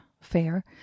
fair